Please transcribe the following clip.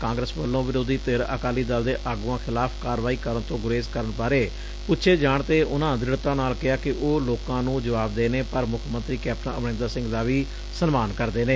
ਕਾਂਗਰਸ ਵਲੋਂ ਵਿਰੋਧੀ ਧਿਰ ਅਕਾਲੀ ਦਲ ਦੇ ਆਗੁਆਂ ਖਿਲਾਫ਼ ਕਾਰਵਾਈ ਕਰਨ ਤੋਂ ਗੁਰੇਜ਼ ਕਰਨ ਬਾਰੇ ਪੁੱਛੇ ਜਾਣ ਤੇ ਉਨ੍ਹਾ ਦ੍ਰਿਤਾ ਨਾਲ ਕਿਹਾ ਕਿ ਉਹ ਲੋਕਾ ਨ੍ਰੰ ਜਵਾਬਦੇਹ ਨੇ ਪਰ ਮੁੱਖ ਮੰਤਰੀ ਕੈਪਟਨ ਅਮਰੰਦਰ ਸਿੰਘ ਦਾ ਵੀ ਸਨਮਾਨ ਕਰਦੇ ਨੇ